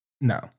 No